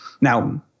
Now